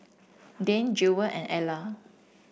Dane Jewel and Alla